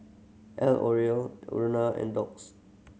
L Oreal Urana and Doux